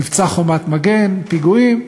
מבצע "חומת מגן", פיגועים.